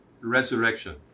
resurrection